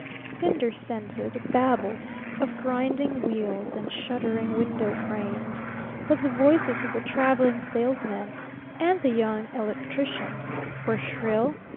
cinder-scented babble of grinding wheels and shuddering window frames but the voices of the traveling salesman and the young electrician were shrill,